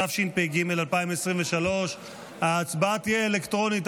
התשפ"ג 2023. ההצבעה תהיה אלקטרונית.